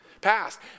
past